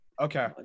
Okay